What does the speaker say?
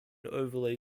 overlay